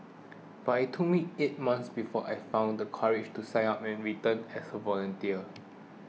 but it took me eight months before I found the courage to sign up and return as a volunteer